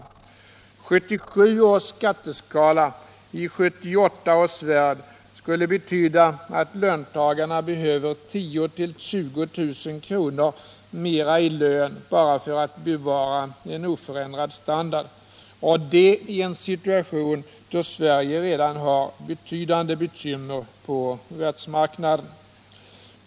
1977 års skatteskala i 1978 års värld skulle betyda att löntagarna behöver 10 000 å 20000 kronor mer i lön bara för att bevara en oförändrad standard —- och det i en situation då Sverige redan har betydande bekymmer på världsmarknaden.